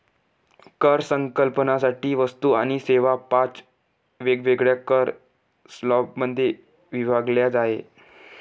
कर संकलनासाठी वस्तू आणि सेवा पाच वेगवेगळ्या कर स्लॅबमध्ये विभागल्या आहेत